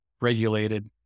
regulated